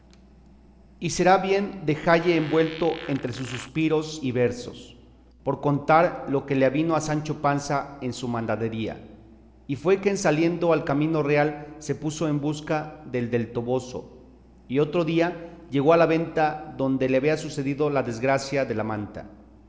y será bien dejalle envuelto entre sus suspiros y versos por contar lo que le avino a sancho panza en su mandadería y fue que en saliendo al camino real se puso en busca del toboso y otro día llegó a la venta donde le había sucedido la desgracia de la manta